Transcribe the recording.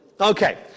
Okay